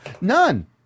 None